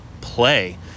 play